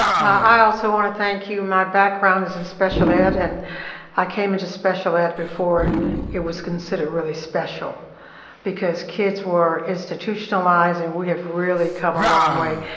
i also wanna thank you. my background is in special ed and i came into special ed before it was considered really special because kids were institutionalized and we have really come a long way.